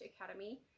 Academy